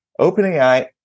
OpenAI